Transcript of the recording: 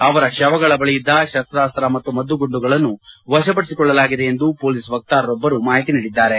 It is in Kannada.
ಅವರ ಶವಗಳ ಬಳಿಯಿದ್ದ ಶಸ್ತಾಸ್ತ್ರ ಮತ್ತು ಮದ್ದುಗುಂಡುಗಳನ್ನು ವಶಪಡಿಸಿಕೊಳ್ಳಲಾಗಿದೆ ಎಂದು ಪೊಲೀಸ್ ವಕ್ತಾರರೊಬ್ಬರು ಮಾಹಿತಿ ನೀಡಿದ್ದಾರೆ